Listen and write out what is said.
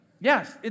Yes